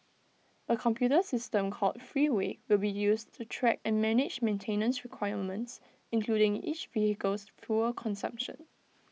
A computer system called Freeway will be used to track and manage maintenance requirements including each vehicle's fuel consumption